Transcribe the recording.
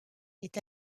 est